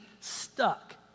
stuck